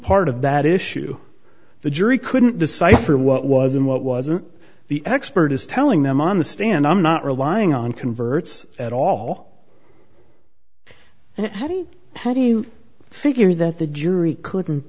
part of that issue the jury couldn't decipher what was and what wasn't the expert is telling them on the stand i'm not relying on converts at all how do you how do you figure that the jury couldn't